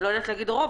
לא יודעת להגיד רוב,